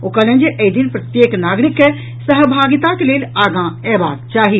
ओ कहलनि जे एहि दिन प्रत्येक नागरिक के सहभागिताक लेल आगाँ अयबाक चाही